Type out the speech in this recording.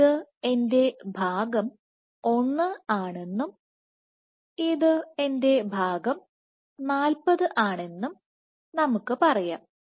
ഇത് എന്റെ ഭാഗം ഭാഗം 1 ആണെന്നും ഇത് എന്റെ ഭാഗം 40 ആണെന്നും നമുക്ക് പറയാം